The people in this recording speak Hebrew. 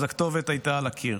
הכתובת הייתה על הקיר,